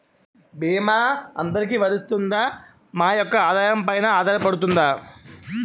భీమా అందరికీ వరిస్తుందా? మా యెక్క ఆదాయం పెన ఆధారపడుతుందా?